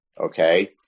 Okay